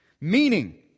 meaning